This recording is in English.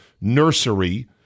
nursery